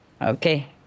Okay